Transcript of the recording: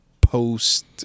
post